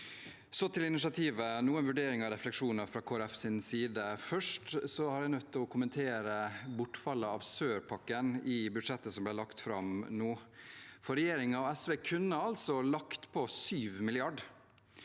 til initiativet og noen vurderinger og refleksjoner fra Kristelig Folkepartis side: Først er jeg nødt til å kommentere bortfallet av sørpakken i budsjettet som ble lagt fram. Regjeringen og SV kunne altså lagt på 7 mrd.